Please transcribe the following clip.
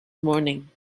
morning